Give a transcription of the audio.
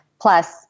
Plus